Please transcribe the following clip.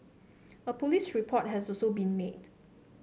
a police report has also been made